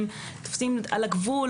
תופסים על הגבול,